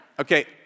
okay